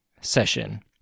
session